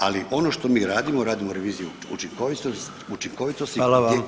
Ali ono što mi radimo, radimo reviziju učinkovitosti